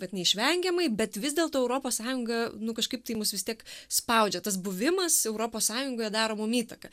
vat neišvengiamai bet vis dėlto europos sąjunga nu kažkaip tai mus vis tiek spaudžia tas buvimas europos sąjungoje daro mum įtaka